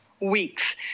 weeks